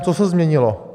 Co se změnilo?